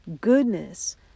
goodness